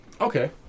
Okay